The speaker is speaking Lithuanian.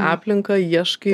aplinką ieškai